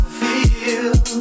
feel